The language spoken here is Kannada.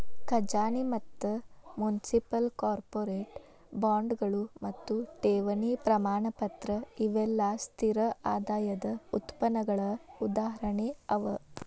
ಖಜಾನಿ ಮತ್ತ ಮುನ್ಸಿಪಲ್, ಕಾರ್ಪೊರೇಟ್ ಬಾಂಡ್ಗಳು ಮತ್ತು ಠೇವಣಿ ಪ್ರಮಾಣಪತ್ರ ಇವೆಲ್ಲಾ ಸ್ಥಿರ ಆದಾಯದ್ ಉತ್ಪನ್ನಗಳ ಉದಾಹರಣೆ ಅವ